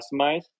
customize